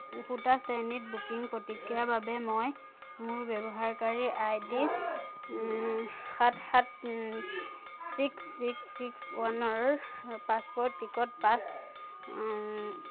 একোটা শ্ৰেণীত বুকিং প্ৰতিক্ৰিয়াৰ বাবে মই মোৰ ব্যৱহাৰকাৰী আইডি সাত সাত চিক্স চিক্স চিক্স ৱানৰ পাছৱৰ্ড টিকট পাছ